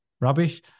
rubbish